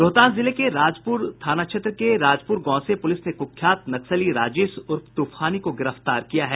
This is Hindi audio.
रोहतास जिले के राजपुर थाना क्षेत्र के राजपुर गांव से पुलिस ने कुख्यात नक्सली राजेश शर्मा उर्फ तूफानी को गिरफ्तार किया है